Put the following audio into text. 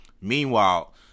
Meanwhile